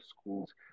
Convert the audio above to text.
schools